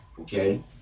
okay